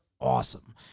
awesome